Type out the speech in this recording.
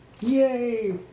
Yay